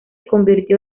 convirtió